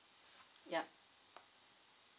yup